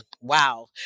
wow